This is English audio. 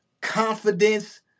confidence